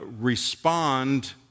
respond